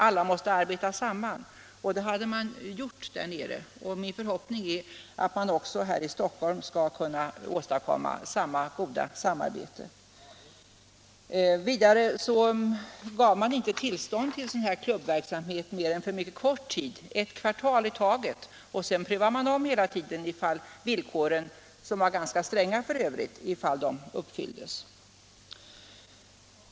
Alla måste samarbeta, och det hade man gjort där nere. Min förhoppning är att man här i Stockholm skall kunna åstadkomma samma goda samarbete. Vidare gav man inte tillstånd till sådan här klubbverksamhet annat än för mycket kort tid, ett kvartal i taget, och kontrollerade hela tiden att villkoren — som för övrigt var ganska stränga — uppfylldes.